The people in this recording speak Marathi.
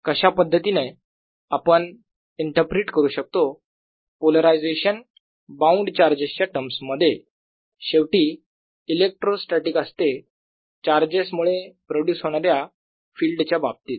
कशा पद्धतीने आपण इंटरप्रिट करू शकतो पोलरायझेशन बाउंड चार्जेस च्या टर्म्स मध्ये शेवटी इलेक्ट्रोस्टॅटीक असते चार्जेस मुळे प्रोड्यूस होणाऱ्या फिल्ड च्या बाबतीत